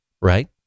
right